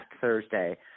Thursday